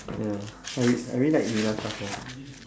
ya I real really like Minasa self